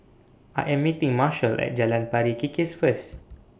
I Am meeting Marshall At Jalan Pari Kikis First